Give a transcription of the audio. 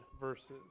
verses